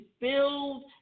build